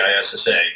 ISSA